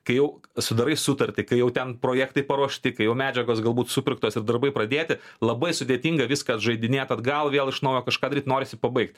kai jau sudarai sutartį kai jau ten projektai paruošti kai jau medžiagos galbūt supirktos ir darbai pradėti labai sudėtinga viskas žaidinėt argal vėl iš naujo kažką daryt norisi pabaigt